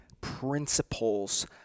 Principles